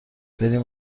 بریم